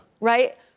Right